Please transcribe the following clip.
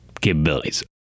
capabilities